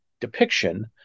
depiction